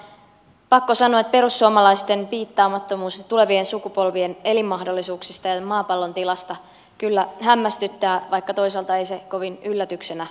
pakko sanoa että perussuomalaisten piittaamattomuus tulevien sukupolvien elinmahdollisuuksista ja maapallon tilasta kyllä hämmästyttää vaikka toisaalta ei se kovin yllätyksenä tullut